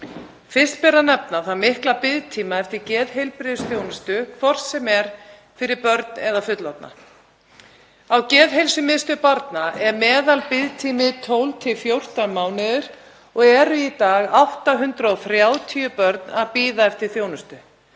Fyrst ber að nefna þann mikla biðtíma eftir geðheilbrigðisþjónustu hvort sem er fyrir börn eða fullorðna. Á Geðheilsumiðstöð barna er meðalbiðtími 12–14 mánuðir og eru í dag 830 börn að bíða eftir þjónustu